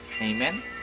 Amen